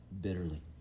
bitterly